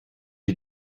iad